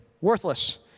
worthless